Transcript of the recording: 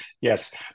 Yes